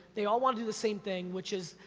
they all want to do the same thing, which is,